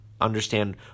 understand